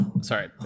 sorry